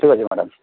ଠିକ୍ ଅଛି ମ୍ୟାଡ଼ାମ୍